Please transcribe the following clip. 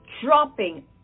dropping